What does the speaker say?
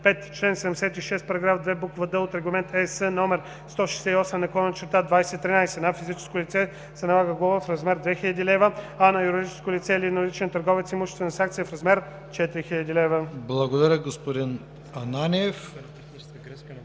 Благодаря, господин Ананиев.